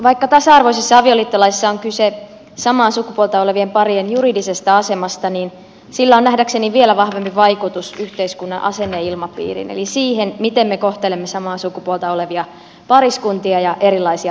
vaikka tasa arvoisessa avioliittolaissa on kyse samaa sukupuolta olevien parien juridisesta asemasta niin sillä on nähdäkseni vielä vahvempi vaikutus yhteiskunnan asenneilmapiiriin eli siihen miten me kohtelemme samaa sukupuolta olevia pariskuntia ja erilaisia perheitä